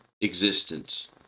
existence